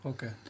Okay